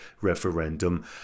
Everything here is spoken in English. referendum